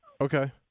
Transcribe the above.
Okay